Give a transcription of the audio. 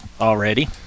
already